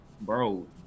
bro